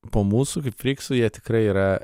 po mūsų kaip fryksų jie tikrai yra